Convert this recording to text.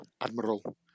Admiral